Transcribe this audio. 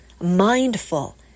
mindful